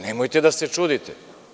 Nemojte da se čudite.